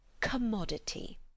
commodity